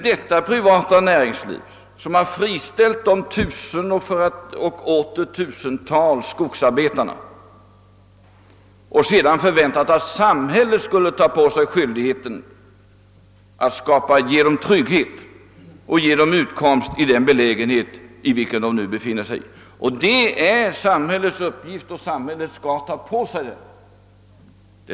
Detta privata näringsliv har nu friställt tusentals och åter tusentals skogsarbetare, och det förväntas att samhället skall ta på sig ansvaret för att ge dem trygghet och utkomst i den belägenhet i vilken de nu befinner sig. Det är samhällets uppgift, och samhället skall också åta sig den.